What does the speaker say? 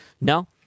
No